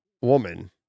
woman